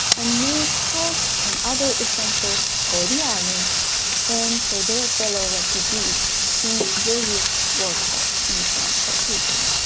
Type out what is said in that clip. and made clothes and other essentials for the army and for their fellow refugees in various workshops in transcaucasia